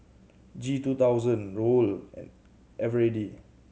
G two thousand Raoul and Eveready